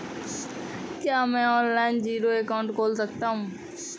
क्या मैं online zero account खोल सकता हूँ?